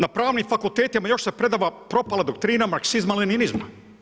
Na pravnim fakultetima još se predaje propala doktrina marksizma, lenjinizma.